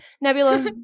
Nebula